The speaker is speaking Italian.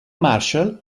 marshall